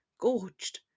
gorged